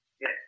Yes